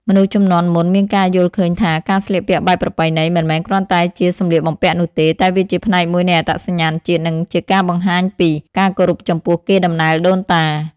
មនុស្សជំនាន់មុនមានការយល់ឃើញថា ការស្លៀកពាក់បែបប្រពៃណី មិនមែនគ្រាន់តែជាសម្លៀកបំពាក់នោះទេ តែវាជាផ្នែកមួយនៃអត្តសញ្ញាណជាតិ និងជាការបង្ហាញពី ការគោរពចំពោះកេរដំណែលដូនតា។